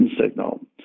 signal